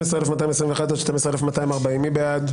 12,161 עד 12,180, מי בעד?